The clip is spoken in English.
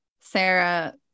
sarah